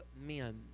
men